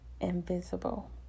invisible